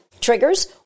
triggers